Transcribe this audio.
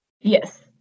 Yes